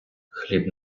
хліб